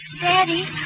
Daddy